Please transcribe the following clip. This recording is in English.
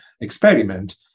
experiment